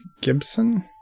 Gibson